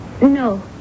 No